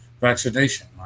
vaccination